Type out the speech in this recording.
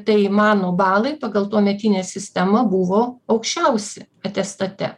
tai mano balai pagal tuometinę sistema buvo aukščiausi atestate